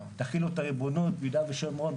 תחילו את הריבונות ביהודה ושומרון,